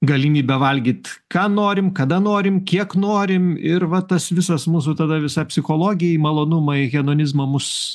galimybę valgyt ką norim kada norim kiek norim ir va tas visas mūsų tada visa psichologijai malonumai hedonizmą mus